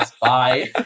bye